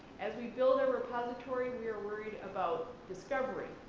as we build our repository, we are worried about discovery,